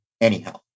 Anyhow